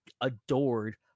adored